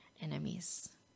enemies